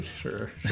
Sure